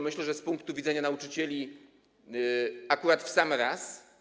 Myślę, że z punktu widzenia nauczycieli akurat w sam raz.